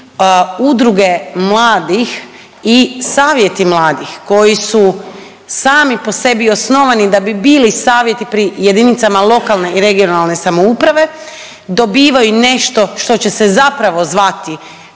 udruge mladih i savjeti mladih koji su sami po sebi osnovani da bi bili savjeti pri jedinicama lokalne i regionalne samouprave dobivaju nešto što će se zapravo zvati